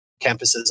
campuses